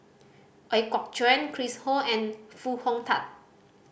Ooi Kok Chuen Chris Ho and Foo Hong Tatt